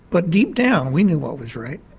but deep down we knew what was right.